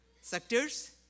sectors